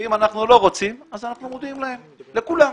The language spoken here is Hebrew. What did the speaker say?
אם אנחנו לא רוצים, אז אנחנו מודיעים להם, לכולם.